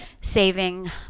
saving